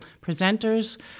presenters